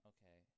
Okay